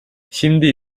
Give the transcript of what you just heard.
şimdi